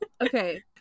Okay